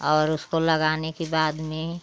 और उसको लगाने के बाद में